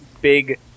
big